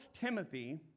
Timothy